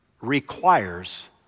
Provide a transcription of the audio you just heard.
requires